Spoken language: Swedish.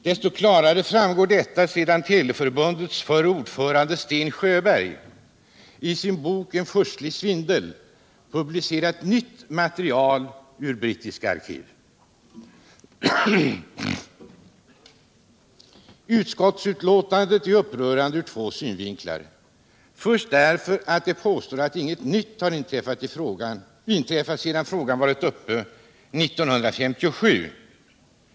Desto klarare framgår detta sedan Teleförbundets ordförande Sten Sjöberg i sin bok ”En furstlig svindel” publicerat nytt material ur brittiska arkiv. Utskottsbetänkandet är upprörande ur två synvinklar. För det första är det upprörande därför att utskottet påstår att inget nytt inträffat sedan frågan var uppe år 1957.